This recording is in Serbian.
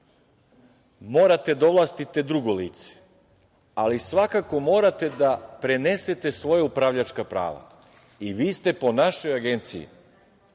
morate da ovlastite drugo lice, ali svakako morate da prenesete svoja upravljačka prava i vi ste po našoj Agenciji